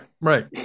right